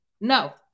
no